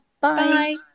Bye